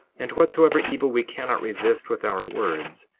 and whatsoever evil we cannot resist with our words,